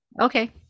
Okay